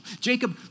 Jacob